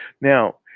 Now